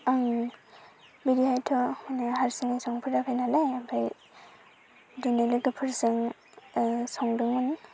आं बिदि एथ' मानि हारसिं संफेराखै नालाय ओमफाय जोंनि लोगोफोरजों संदोंमोन